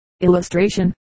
Illustration